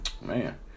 Man